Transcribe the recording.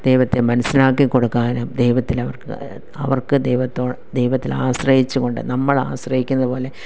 ദൈവത്തെ മനസ്സിലാക്കി കൊടുക്കാനും ദൈവത്തിലവർക്ക് അവർക്ക് ദൈവത്തോട് ദൈവത്തിൽ ആശ്രയിച്ചുകൊണ്ട് നമ്മൾ ആശ്രയിക്കുന്ന പോലെ